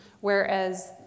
whereas